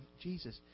Jesus